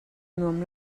nuam